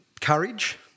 Courage